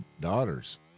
daughters